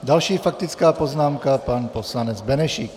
Další faktická poznámka, pan poslanec Benešík.